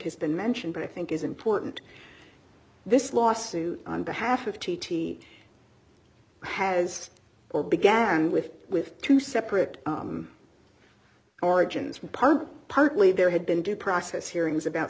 has been mentioned but i think is important this lawsuit on behalf of t t has or began with with two separate origins part partly there had been due process hearings about